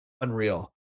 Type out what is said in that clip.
Unreal